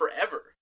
forever